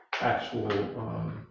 actual